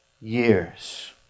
years